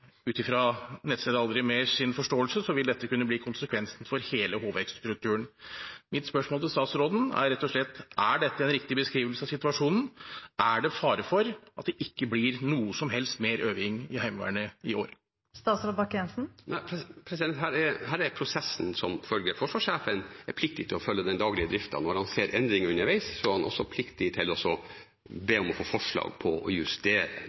Ut fra forståelsen til nettstedet AldriMer.no vil dette kunne bli konsekvensen for hele HV-strukturen. Mitt spørsmål til statsråden er rett og slett: Er dette en riktig beskrivelse av situasjonen? Er det fare for at det ikke blir noe som helst mer øving i Heimevernet i år? Her er prosessen som følger: Forsvarssjefen er pliktig til å følge den daglige driften. Når han ser endringer underveis, er han også pliktig til å be om å få forslag til å justere